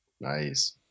Nice